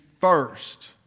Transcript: first